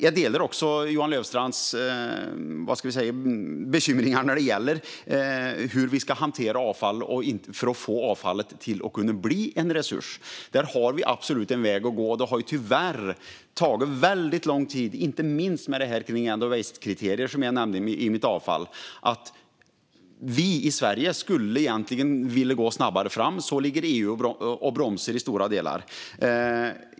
Jag instämmer i Johan Löfstrands bekymmer när det gäller hur vi ska hantera avfall för att få avfallet att bli en resurs. Där finns absolut en väg att gå, men det har tyvärr tagit lång tid, inte minst med de end of waste-kriterier som jag nämnde i mitt anförande. Vi i Sverige skulle egentligen vilja gå snabbare fram, men EU bromsar i stora delar.